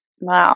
Wow